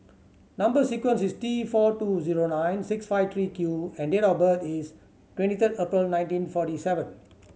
number sequence is T four two zero nine six five three Q and date of birth is twenty third April nineteen forty seven